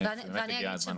אני חושב שהגיע הזמן.